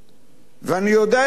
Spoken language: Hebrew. ואני יודע את הקשיים.